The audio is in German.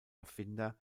erfinder